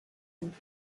and